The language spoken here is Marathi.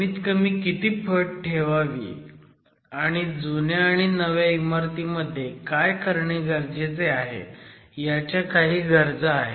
कमीत कमी किती फट ठेवावी आणि जुन्या आणि नव्या इमारतीमध्ये काय करणे गरजेचे आहे याच्या काही गरजा आहेत